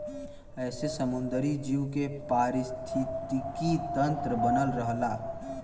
एसे समुंदरी जीव के पारिस्थितिकी तन्त्र बनल रहला